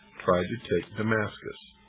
tried to take damascus.